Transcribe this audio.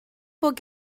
bod